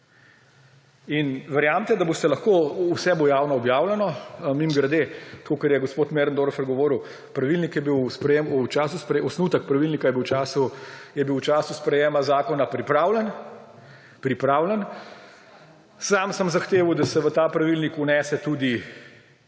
In verjemite, da boste lahko, vse bo javno objavljeno, mimogrede, tako kot je gospod Möderndorfer govoril, osnutek pravilnika je bil v času sprejetja zakona pripravljen, pripravljen. Sam sem zahteval, da se v ta pravilnik vnese tudi